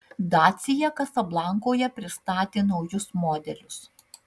dacia kasablankoje pristatė naujus modelius